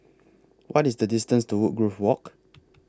What IS The distance to Woodgrove Walk